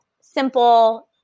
simple